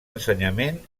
ensenyament